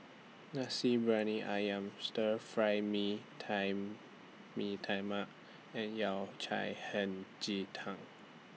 Nasi Briyani Ayam Stir Fry Mee Tai Mee Tai Mak and Yao Cai Hei Ji Tang